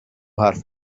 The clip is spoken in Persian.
حرف